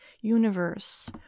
universe